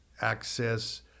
access